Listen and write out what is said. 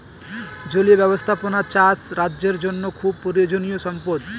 জলীয় ব্যাবস্থাপনা চাষ রাজ্যের জন্য খুব প্রয়োজনীয়ো সম্পদ